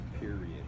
period